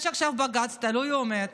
יש עכשיו בג"ץ תלוי ועומד